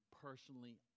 personally